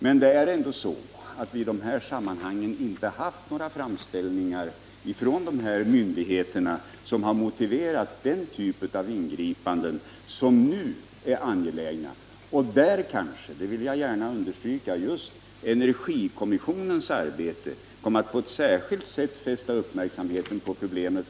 Men det är ju så att det inte tidigare förekommit några framställningar från dessa myndigheter som motiverat den typ av ingripanden som nu är angelägna. Jag vill gärna understryka att just energikommissionens arbete kom att på ett särskilt sätt fästa uppmärksamheten på problemen.